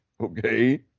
Okay